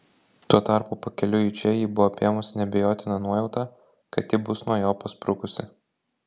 tuo tarpu pakeliui į čia jį buvo apėmusi neabejotina nuojauta kad ji bus nuo jo pasprukusi